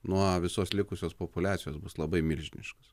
nuo visos likusios populiacijos bus labai milžiniškas